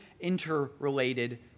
interrelated